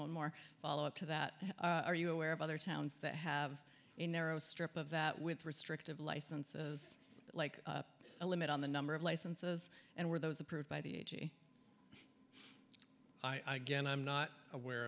one more follow up to that are you aware of other towns that have a narrow strip of that with restrictive licenses like a limit on the number of licenses and where those approved by the agee i again i'm not aware